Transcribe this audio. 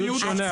הרוחב שונה.